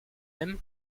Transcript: aime